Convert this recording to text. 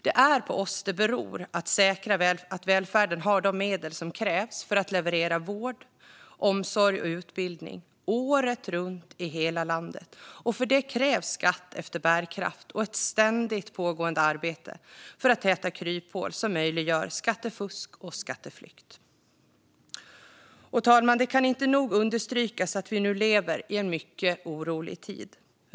Det är på oss ansvaret ligger för att säkra att välfärden har de medel som krävs för att leverera vård, omsorg och utbildning året runt och i hela landet. För det krävs skatt efter bärkraft och ett ständigt pågående arbete för att täta kryphål som möjliggör för skattefusk och skatteflykt. Fru talman! Det kan inte nog understrykas att vi nu lever i en orolig tid.